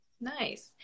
Nice